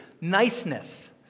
niceness